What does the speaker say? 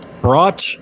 brought